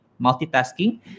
Multitasking